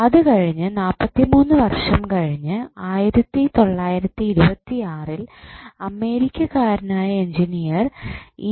അത് കഴിഞ്ഞു 43 വർഷം കഴിഞ്ഞു 1926 യിൽ അമേരിക്കക്കാരനായ എഞ്ചിനീയർ ഇ